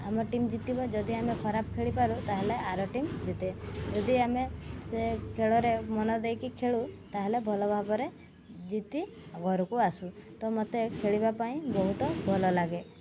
ଆମ ଟିମ୍ ଜିତିବ ଯଦି ଆମେ ଖରାପ ଖେଳିପାରୁ ତାହାଲେ ଆର ଟିମ୍ ଜିତେ ଯଦି ଆମେ ସେ ଖେଳରେ ମନ ଦେଇକି ଖେଳୁ ତାହେଲେ ଭଲ ଭାବରେ ଜିତି ଘରକୁ ଆସୁ ତ ମୋତେ ଖେଳିବା ପାଇଁ ବହୁତ ଭଲ ଲାଗେ